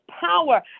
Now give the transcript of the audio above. power